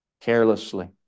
carelessly